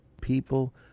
people